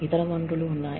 ఇతర వనరులు ఉన్నాయి